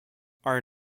are